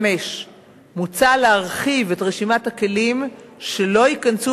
5. מוצע להרחיב את רשימת הכלים שלא ייכנסו